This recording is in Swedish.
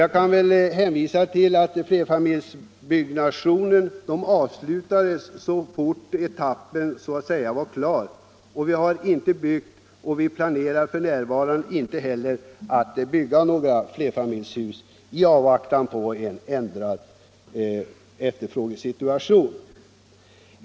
Jag kan där hänvisa tilll att produktionen av flerfamiljshus avslutades så fort den första etappen var klar, och vi har inte byggt och planerar f. n. inte heller att bygga ytterligare flerfamiljshus i avvaktan på en ändrad efterfrågesituation.